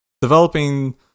developing